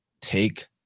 take